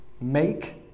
Make